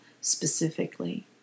specifically